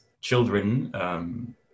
children